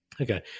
okay